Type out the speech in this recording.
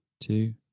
two